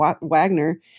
Wagner